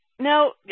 Now